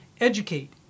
educate